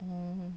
um